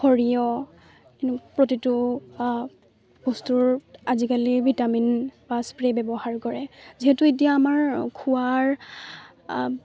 সৰিয়হ প্ৰতিটো বস্তুৰ আজিকালি ভিটামিন বা স্প্ৰে' ব্যৱহাৰ কৰে যিহেতু এতিয়া আমাৰ খোৱাৰ